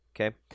okay